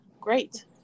great